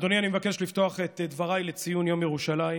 אדוני, אני מבקש לפתוח את דבריי לציון יום ירושלים